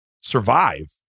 survive